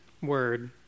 word